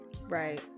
Right